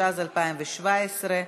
התשע"ז 2017,